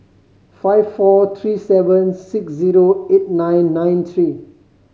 five four three seven six zero eight nine nine three